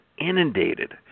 inundated